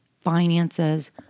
finances